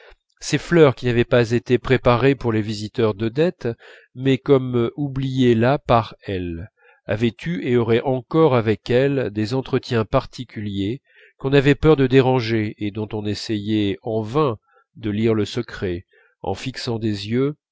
ces fleurs qui n'avaient pas été préparées pour les visiteurs d'odette mais comme oubliées là par elle avaient eu et auraient encore avec elle des entretiens particuliers qu'on avait peur de déranger et dont on essayait en vain de lire le secret en fixant des yeux